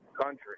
country